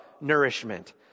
nourishment